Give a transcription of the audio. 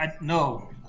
No